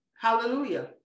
hallelujah